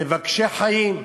מבקשי חיים.